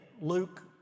Luke